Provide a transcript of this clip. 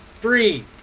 three